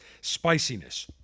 spiciness